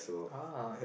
ah